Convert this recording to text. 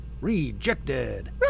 Rejected